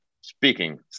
speaking